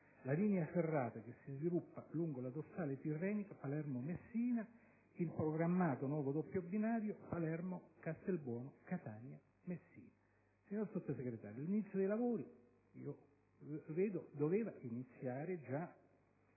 la linea ferrata che si sviluppa lungo la dorsale tirrenica Palermo-Messina; con il programmato nuovo doppio binario Palermo-Castelbuono-Catania-Messina. Signor Sottosegretario, i lavori dovevano già iniziare,